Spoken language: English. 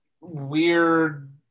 weird